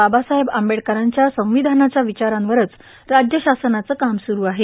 बाबासाहेब आंबेडकरां या संवधाना या वचारावरच रा य शासनाचं काम सु आहे